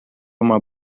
uma